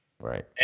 Right